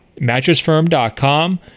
MattressFirm.com